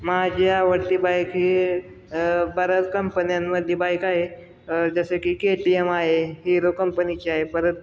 माझी आवडती बाईक ही बऱ्याच कंपन्यांमध्ये बाईक आहे जसं की के टी एम आहे हिरो कंपनीची आहे परत